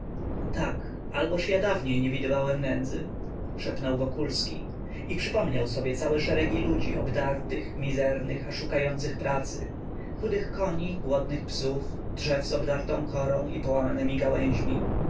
tak alboż ja dawniej nie widywałem nędzy szepnął wokulski i przypomniał sobie całe szeregi ludzi obdartych mizernych a szukających pracy chudych koni głodnych psów drzew z obdartą korą i połamanemi gałęźmi